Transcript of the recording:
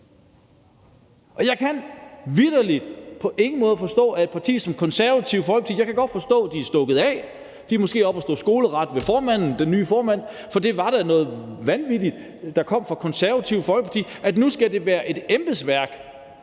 Jeg kan vitterlig på ingen måde forstå et parti som Det Konservative Folkeparti. Jeg kan godt forstå, at de er stukket af nu. De er måske oppe at stå skoleret hos den nye formand, for det var da noget vanvittigt, der kom fra Det Konservative Folkeparti, nemlig at det nu skal være et embedsværk,